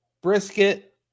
brisket